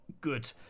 Good